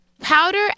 Powder